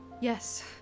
Yes